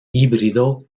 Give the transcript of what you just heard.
híbrido